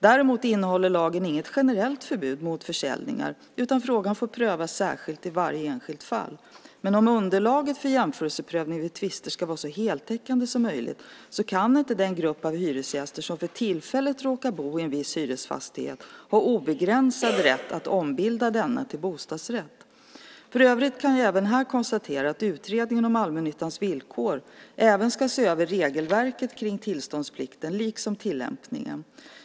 Däremot innehåller lagen inget generellt förbud mot sådana försäljningar, utan frågan får prövas särskilt i varje enskilt fall. Men om underlaget för jämförelseprövning vid tvister ska vara så heltäckande som möjligt kan inte den grupp av hyresgäster som för tillfället råkar bo i en viss hyresfastighet ha obegränsad rätt att ombilda denna till bostadsrätt. För övrigt kan jag även här konstatera att utredningen om allmännyttans villkor även ska se över regelverket kring tillståndsplikten liksom tillämpningen.